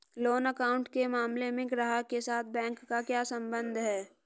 Loan account के मामले में ग्राहक के साथ बैंक का क्या संबंध है?